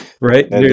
Right